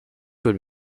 would